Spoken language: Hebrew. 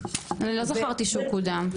אני לא זכרתי שהוא קודם.